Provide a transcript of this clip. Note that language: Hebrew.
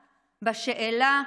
בשאלה: